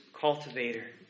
cultivator